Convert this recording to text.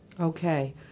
Okay